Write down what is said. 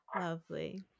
Lovely